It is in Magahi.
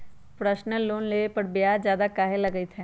पर्सनल लोन लेबे पर ब्याज ज्यादा काहे लागईत है?